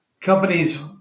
companies